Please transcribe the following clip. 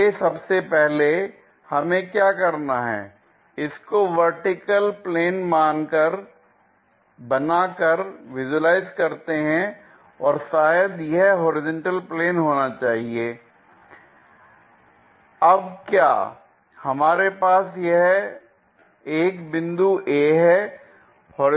आगे सबसे पहले हमें क्या करना है इसको वर्टिकल प्लेन बनाकर विजुलाइज करते हैं और शायद यह होरिजेंटल प्लेन होना चाहिए l अब क्या हमारे पास एक बिंदु A है